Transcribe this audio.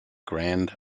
grand